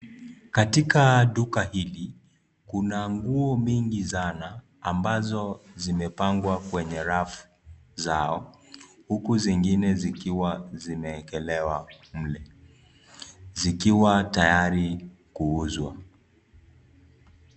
Katika duka hili kuna nguo mingi sana ambazo zimepangwa kwenye rafu zao, huku zingine zikiwa zimeekelewa mle zikiwa tayari kuuzwa.